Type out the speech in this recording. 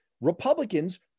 Republicans